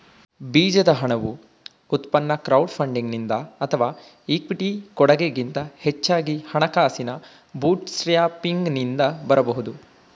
ಬೀಜದ ಹಣವು ಉತ್ಪನ್ನ ಕ್ರೌಡ್ ಫಂಡಿಂಗ್ನಿಂದ ಅಥವಾ ಇಕ್ವಿಟಿ ಕೊಡಗೆ ಗಿಂತ ಹೆಚ್ಚಾಗಿ ಹಣಕಾಸಿನ ಬೂಟ್ಸ್ಟ್ರ್ಯಾಪಿಂಗ್ನಿಂದ ಬರಬಹುದು